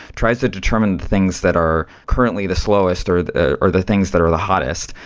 tries to determine things that are currently the slowest or the ah or the things that are the hottest,